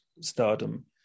stardom